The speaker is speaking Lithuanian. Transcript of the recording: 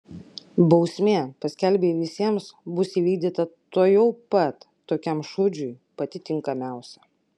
bausmė paskelbei visiems bus įvykdyta tuojau pat tokiam šūdžiui pati tinkamiausia